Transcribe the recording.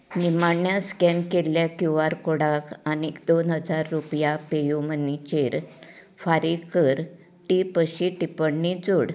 निमाण्या स्कॅन केल्ल्या Q R कोडाक आनी दोन हजार रुपया पे यू मनीचेर फारीक कर टिप अशी टिप्पणी जोड